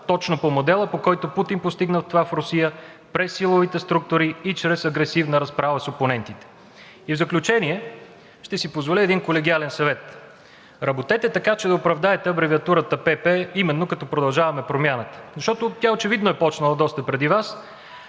точно по модела, по който Путин постигна това в Русия през силовите структури и чрез агресивна разправа с опонентите. И в заключение, ще си позволя един колегиален съвет: работете така, че да оправдаете абревиатурата ПП именно като „Продължаваме Промяната“, защото тя очевидно е почнала доста преди Вас.